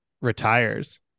retires